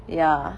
ya